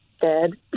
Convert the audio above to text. Dead